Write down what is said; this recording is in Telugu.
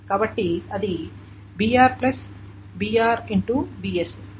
కాబట్టి అది br br X bs